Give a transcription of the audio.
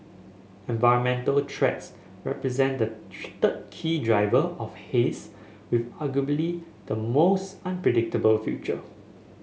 environmental trends represent the third key driver of haze with arguably the most unpredictable future